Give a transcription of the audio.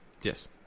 Yes